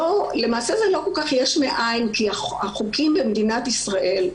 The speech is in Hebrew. שלמעשה זה לא כל-כך יש מאין כי החוקים במדינת ישראל,